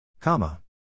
Comma